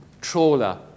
trawler